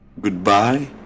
Goodbye